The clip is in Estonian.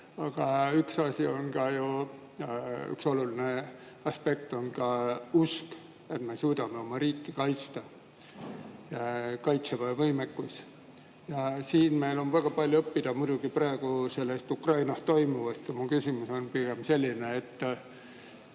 Aga üks asi, üks oluline aspekt on ka usk, et me suudame oma riiki kaitsta, ja Kaitseväe võimekus. Siin meil on väga palju õppida muidugi praegu Ukrainas toimuvast. Aga mu küsimus on pigem selline: